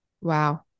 Wow